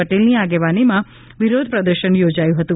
પટેલ ની આગેવાનીમાં વિરોધ પ્રદર્શન યોજાયું હતું